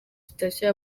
sitasiyo